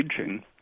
aging